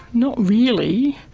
not really.